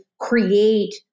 create